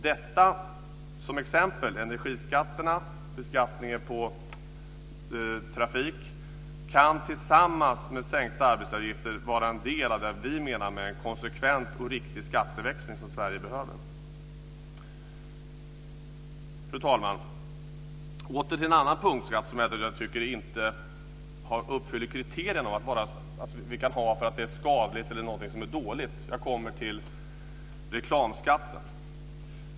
Dessa exempel - energiskatterna, beskattningen på trafik - kan tillsammans med sänkta arbetsgivaravgifter vara en del av det vi menar med en konsekvent och riktig skatteväxling som Sverige behöver. Fru talman! Åter till en annan punktskatt som jag inte tycker att vi kan ha för att det är skadligt eller dåligt. Jag kommer till reklamskatten.